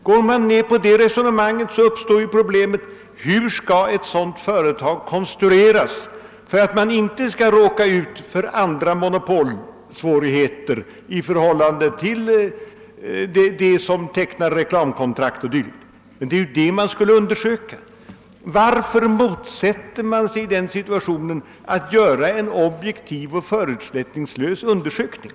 Går man med på det resonemanget uppstår problemet hur ett sådant företag skall konstrueras för att man inte skall råka ut för andra monopolsvårigheter med avseende på reklamkontrakt o.d. Men det är ju detta man skulle undersöka. Varför motsätter man sig i den situationen att göra en objektiv och förutsättningslös undersökning?